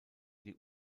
die